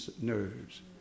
nerves